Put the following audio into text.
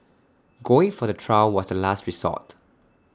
going for the trial was the last resort